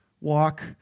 walk